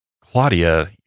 Claudia